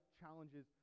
challenges